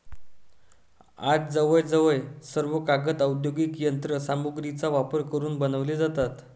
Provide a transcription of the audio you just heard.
आज जवळजवळ सर्व कागद औद्योगिक यंत्र सामग्रीचा वापर करून बनवले जातात